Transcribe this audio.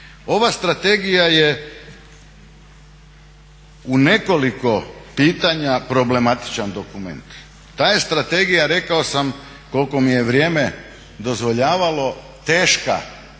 Ova strategija je u nekoliko pitanja problematičan dokument. Ta je strategija rekao sam koliko mi je vrijeme dozvoljavalo, teška